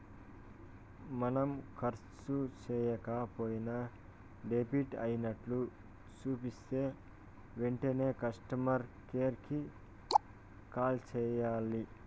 మనం కర్సు సేయక పోయినా డెబిట్ అయినట్లు సూపితే ఎంటనే కస్టమర్ కేర్ కి కాల్ సెయ్యాల్ల